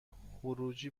خروجی